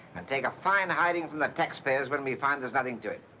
and take a fine hiding from the taxpayers when we find there's nothing to it.